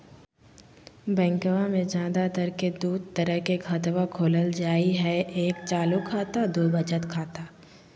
बैंकवा मे ज्यादा तर के दूध तरह के खातवा खोलल जाय हई एक चालू खाता दू वचत खाता